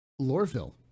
Lorville